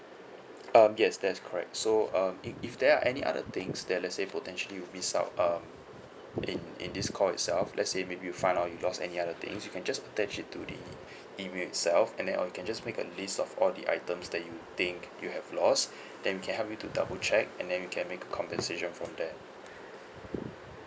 um yes that is correct so uh if if there are any other things that are let's say potentially miss out um in in this call itself let's say maybe you found out you lost any other things you can just attach it to the email itself and then or you can just make a list of all the items that you think you have lost then we can help you to double check and then we can make a compensation from there